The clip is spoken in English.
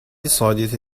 decided